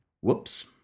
Whoops